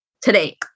today